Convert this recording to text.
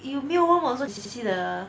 you mute [one] also can see the